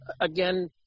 again